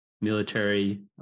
military